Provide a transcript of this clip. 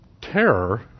terror